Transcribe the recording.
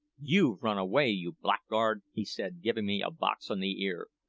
you've run away, you blackguard he said, giving me a box on the ear.